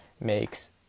makes